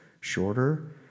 shorter